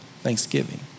Thanksgiving